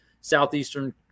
Southeastern